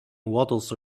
waddles